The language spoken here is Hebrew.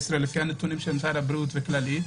לפי הנתונים של משרד הבריאות וכללית,